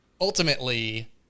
ultimately